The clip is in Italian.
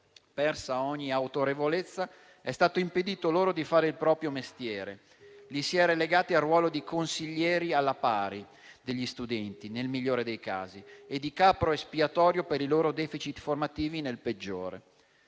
persa ogni autorevolezza, è stato impedito loro di fare il proprio mestiere, li si è relegati al ruolo di consiglieri alla pari degli studenti, nel migliore dei casi, e di capro espiatorio per i loro *deficit* formativi nel peggiore.